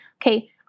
Okay